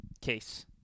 case